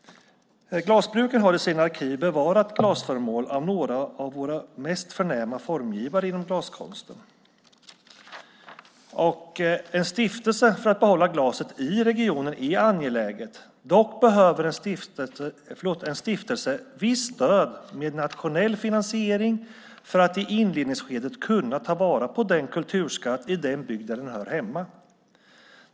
Glasbruken har i sina arkiv bevarat glasföremål av några av våra mest förnäma formgivare inom glaskonsten. Bildandet av en stiftelse för att behålla glaset i regionen är angeläget. Dock behöver en stiftelse visst stöd med nationell finansiering för att i inledningsskedet kunna ta vara på denna kulturskatt i den bygd där den hör hemma.